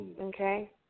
Okay